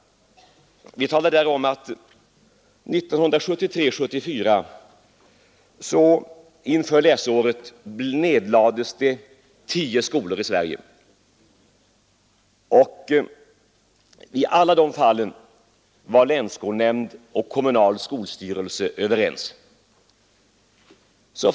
Vi talar där om att inför läsåret 1973/74 nedlades tio skolor i Sverige. I alla de fallen var länsskolnämnd och kommunal skolstyrelse överens.